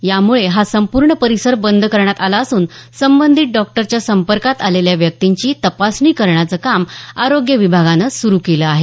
यामुळे हा संपूर्ण परिसर बंद करण्यात आला असून संबंधित डॉक्टरच्या संपर्कात आलेल्या व्यक्तींची तपासणी करण्याचं काम आरोग्य विभागानं सुरू केलं आहे